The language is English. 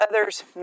others